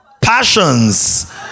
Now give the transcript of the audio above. Passions